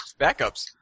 Backups